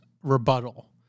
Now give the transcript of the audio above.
rebuttal